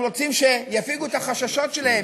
הם רוצים שיפיגו את החששות שלהם.